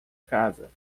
casa